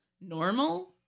normal